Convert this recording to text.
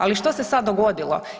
Ali što se sad dogodilo?